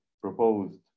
proposed